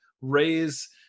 raise